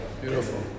Beautiful